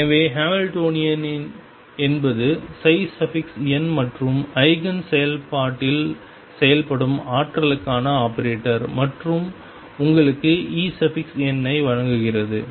எனவே ஹாமில்டோனியன் என்பது n மற்றும் ஈஜென் செயல்பாட்டில் செயல்படும் ஆற்றலுக்கான ஆபரேட்டர் மற்றும் உங்களுக்கு En ஐ வழங்குகிறது